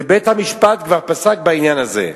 ובית-המשפט כבר פסק בעניין הזה.